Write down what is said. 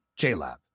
JLab